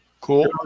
cool